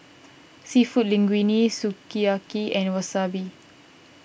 Seafood Linguine Sukiyaki and Wasabi